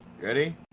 ready